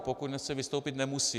Pokud nechce vystoupit, nemusí.